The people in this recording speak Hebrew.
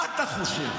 מה אתה חושב,